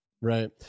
Right